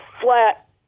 flat